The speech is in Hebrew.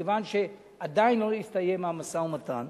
מכיוון שעדיין לא הסתיים המשא-ומתן,